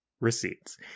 receipts